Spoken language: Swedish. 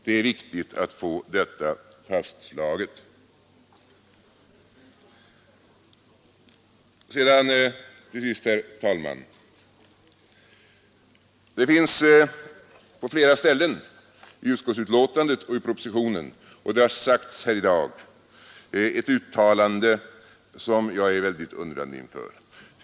Det är viktigt att få detta fastslaget. Herr talman! Det finns på flera ställen i utskottsbetänkandet och i propositionen — och det har upprepats här i dag — ett uttalande som jag är väldigt undrande inför.